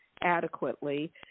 adequately